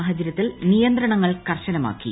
സാഹചര്യത്തിൽ നിയന്ത്രണ്ടങ്ങൾ ്കർശനമാക്കി